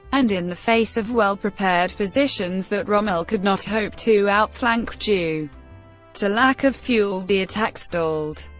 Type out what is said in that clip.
and in the face of well prepared positions that rommel could not hope to outflank due to lack of fuel, the attack stalled.